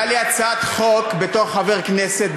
הייתה לי הצעת חוק בתור חבר כנסת,